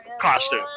costume